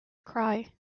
cry